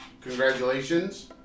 congratulations